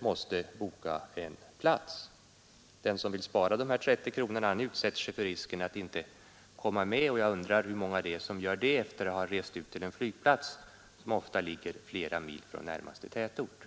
måste väl boka en plats. Den som vill spara de här 30 kronorna utsätter sig ju för risken att inte komma med, och jag undrar hur många som vill göra det efter att ha rest ut till en flygplats som ofta ligger flera mil från närmaste tätort.